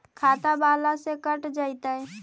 खाता बाला से कट जयतैय?